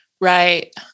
right